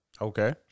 Okay